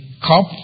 cup